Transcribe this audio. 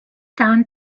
down